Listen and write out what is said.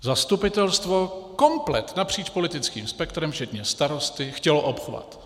Zastupitelstvo komplet napříč politickým spektrem, včetně starosty, chtělo obchvat.